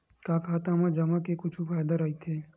का खाता मा जमा के कुछु फ़ायदा राइथे?